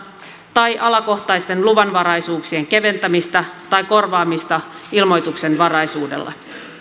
tai alakohtaisten luvanvaraisuuksien keventämistä tai korvaamista ilmoituksenvaraisuudella